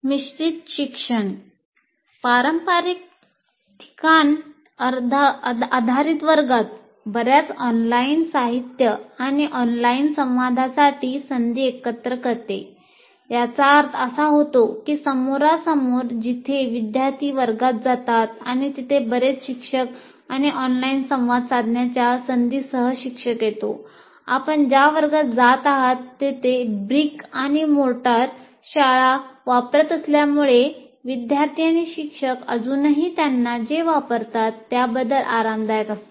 मिश्रित शिक्षण शाळा वापरत असल्यामुळे विद्यार्थी आणि शिक्षक अजूनही त्यांना जे वापरतात त्याबद्दल आरामदायक असतात